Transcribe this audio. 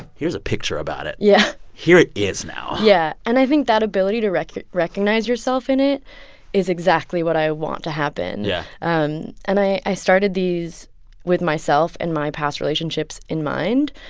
here's a picture about it yeah here it is now yeah. and i think that ability to recognize recognize yourself in it is exactly what i want to happen yeah um and i i started these with myself and my past relationships in mind.